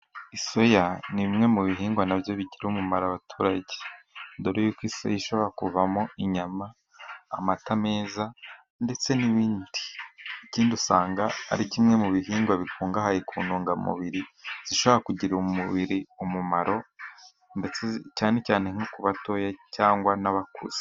Soya ni bimwe mu bihingwa nabyo bigirira umumaro abaturage ,dore yuko isi ishobora kuvamo inyama , amata meza ndetse n'ibindi . Ikindi usanga ari kimwe mu bihingwa bikungahaye ku ntungamubiri zishobora kugirira umubiri umumaro ,cyane cyane nko ku batoya cyangwa n'abakuze.